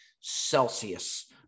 Celsius